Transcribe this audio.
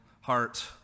heart